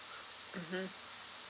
mmhmm